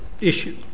issue